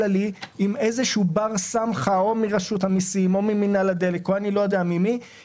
עם איזשהו בר סמכא מרשות המיסים או ממינהל הדלק או מגורם אחר,